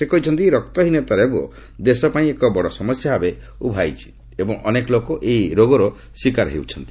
ସେ କହିଛନ୍ତି ରକ୍ତହୀନତା ରୋଗ ଦେଶ ପାଇଁ ଏକ ବଡ ସମସ୍ୟା ଭାବେ ଉଭାହୋଇଛି ଏବଂ ଅନେକ ଲୋକ ଏହି ରୋଗର ଶିକାର ହୋଇଛନ୍ତି